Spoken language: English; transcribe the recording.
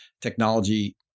technology